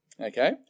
Okay